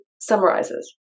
summarizes